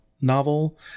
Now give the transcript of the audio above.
novel